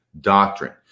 doctrine